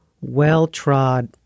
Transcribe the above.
well-trod –